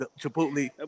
Chipotle